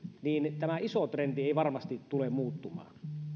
niin tämä iso trendi ei varmasti tule muuttumaan